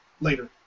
later